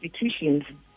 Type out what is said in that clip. institutions